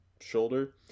shoulder